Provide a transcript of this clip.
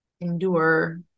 endure